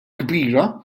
kbira